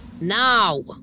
Now